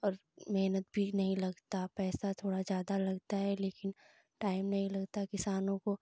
और मेहनत भी नहीं लगता पैसा थोड़ा ज़्यादा लगता है लेकिन टाइम नहीं लगता किसानों को